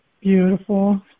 beautiful